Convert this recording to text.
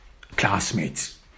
classmates